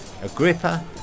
Agrippa